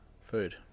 Food